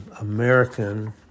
American